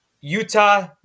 Utah